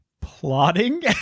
Plotting